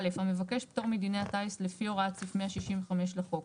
המבקש פטור מדיני הטיס לפי הוראת סעיף 165 לחוק,